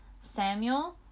Samuel